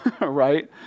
right